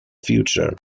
future